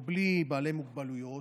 או בלי בעלי מוגבלויות,